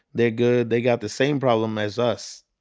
they're good. they got the same problems as us.